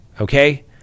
Okay